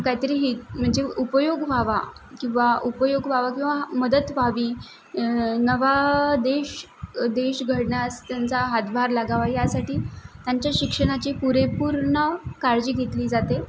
काहीतरी म्हणजे उपयोग व्हावा किंवा उपयोग व्हावा किंवा मदत व्हावी नवा देश देश घडण्यास त्यांचा हातभार लागावा यासाठी त्यांच्या शिक्षणाची पुरेपूर काळजी घेतली जाते